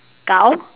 cow